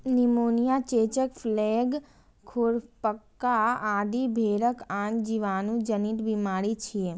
pneumonia, चेचक, plague, खुरपका आदि भेड़क आन जीवाणु जनित बीमारी छियै